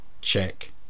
Check